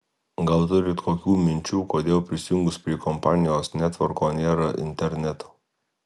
gal turit kokių minčių kodėl prisijungus prie kompanijos netvorko nėra interneto